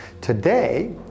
Today